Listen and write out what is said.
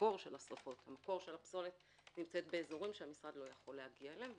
שהמקור של הפסולת נמצאת באזורים שהמשרד לא יכול להגיע אליהם,